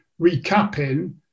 recapping